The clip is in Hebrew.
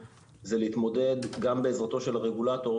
הן להתמודד גם בעזרתו של הרגולטור.